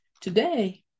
Today